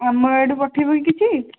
ଆମ ଆଡ଼େ ପଠେଇବ କି କିଛି